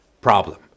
problem